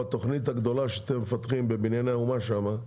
בתוכנית הגדולה שאתם מפתחים שם בבנייני האומה,